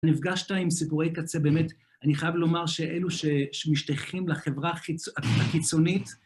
נפגשת עם סיפורי קצה, באמת, אני חייב לומר שאלו שמשתייכים לחברה הקיצונית.